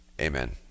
Amen